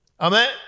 Amen